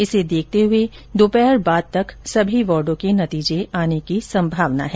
इसे देखते हुए दोपहर बाद तक सभी वार्डो के नतीजे आने की संभावना है